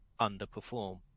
underperform